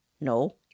No